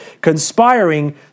conspiring